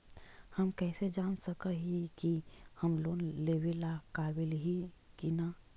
हम कईसे जान सक ही की हम लोन लेवेला काबिल ही की ना?